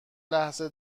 لحظه